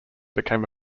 became